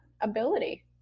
ability